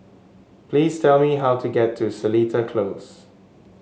please tell me how to get to Seletar Close